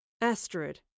Astrid